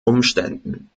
umständen